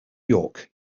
york